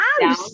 down